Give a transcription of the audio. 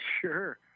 Sure